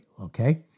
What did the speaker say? okay